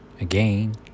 Again